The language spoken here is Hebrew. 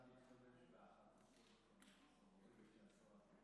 הישיבה תתחדש ברגע שהשרה תגיע.